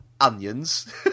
onions